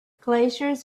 glaciers